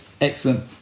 excellent